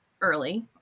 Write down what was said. early